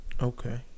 Okay